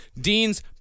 Dean's